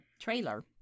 trailer